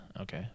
Okay